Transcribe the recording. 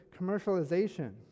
commercialization